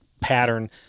pattern